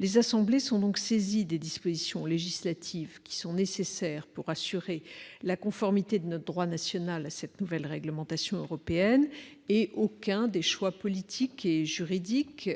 Les assemblées sont donc saisies des dispositions législatives nécessaires pour assurer la conformité de notre droit national à cette nouvelle réglementation européenne ; aucun des choix politiques ou juridiques